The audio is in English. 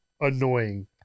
annoying